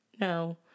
No